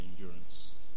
endurance